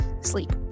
sleep